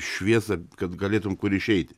šviesą kad galėtum kur išeiti